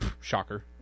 Shocker